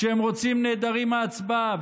כשהם רוצים הם נעדרים מההצבעה.